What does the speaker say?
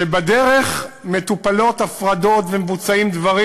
כשבדרך מטופלות הפרדות ומבוצעים דברים.